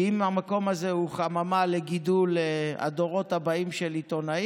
כי אם המקום הזה הוא חממה לגידול הדורות הבאים של העיתונאים,